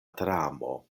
dramo